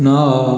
ନଅ